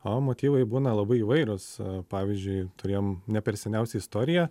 o motyvai būna labai įvairūs pavyzdžiui turėjom ne per seniausiai istoriją